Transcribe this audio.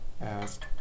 ask